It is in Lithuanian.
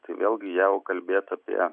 tai vėlgi jeigu kalbėti apie